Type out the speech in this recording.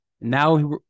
Now